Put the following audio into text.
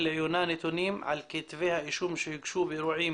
לעיונה נתונים על כתבי האישום שהוגשו באירועים